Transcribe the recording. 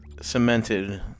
cemented